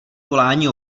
volání